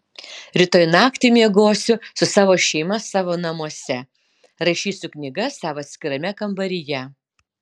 rytoj naktį miegosiu su savo šeima savo namuose rašysiu knygas savo atskirame kambaryje